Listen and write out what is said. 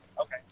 Okay